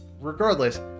Regardless